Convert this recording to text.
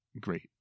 great